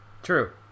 True